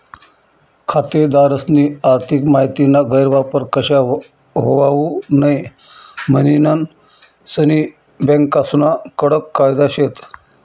खातेदारस्नी आर्थिक माहितीना गैरवापर कशा व्हवावू नै म्हनीन सनी बँकास्ना कडक कायदा शेत